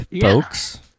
folks